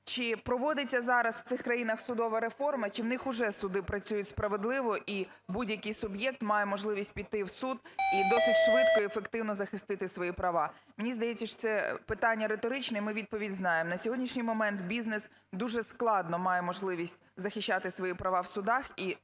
чи проводиться зараз в цих країнах судова реформа? Чи в них уже суди працюють справедливо, і будь-який суб'єкт має можливість піти в суд і досить швидко і ефективно захистити свої права. Мені здається, що це питання риторичне, ми відповідь знаємо. На сьогоднішній момент бізнес дуже складно має можливість захищати свої права в судах,